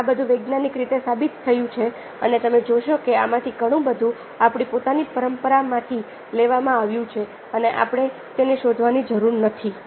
અને આ બધું વૈજ્ઞાનિક રીતે સાબીત થઇ છે અને તમે જોશો કે આમાંથી ઘણું બધું આપણી પોતાની પરંપરા માંથી લેવામાં આવ્યું છે અને આપણે તેને શોધવાની જરૂર નથી